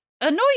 annoying